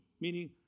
meaning